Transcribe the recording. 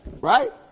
right